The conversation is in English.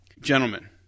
Gentlemen